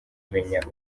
menya